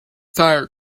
tired